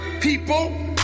people